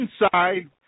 inside